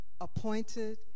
appointed